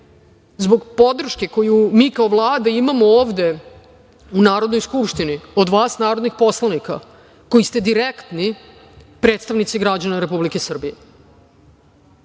zbog podrške koju mi kao Vlada imamo ovde u Narodnoj skupštini od vas narodnih poslanika, koji ste direktni predstavnici građana Republike Srbije. Dakle,